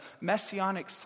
messianic